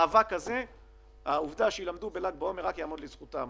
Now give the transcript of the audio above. העובדה שילמדו בל"ג בעומר רק תעמוד לזכותם.